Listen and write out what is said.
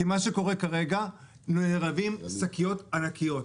כי מה שקורה כרגע זה שיש שקיות ענקיות.